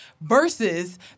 versus